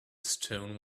stone